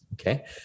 Okay